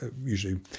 usually